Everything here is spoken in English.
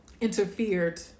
interfered